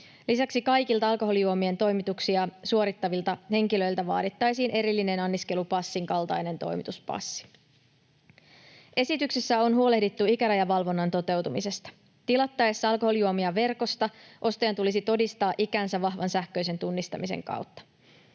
Lisäksi kaikilta alkoholijuomien toimituksia suorittavilta henkilöiltä vaadittaisiin erillinen anniskelupassin kaltainen toimituspassi. Esityksessä on huolehdittu ikärajavalvonnan toteutumisesta. Tilattaessa alkoholijuomia verkosta ostajan tulisi todistaa ikänsä vahvan sähköisen tunnistamisen kautta.